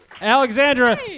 Alexandra